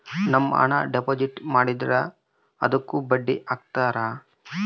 ನಮ್ ಹಣ ಡೆಪಾಸಿಟ್ ಮಾಡಿದ್ರ ಅದುಕ್ಕ ಬಡ್ಡಿ ಹಕ್ತರ